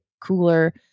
cooler